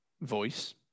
voice